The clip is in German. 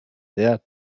sehr